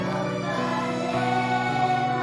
(שירת התקווה)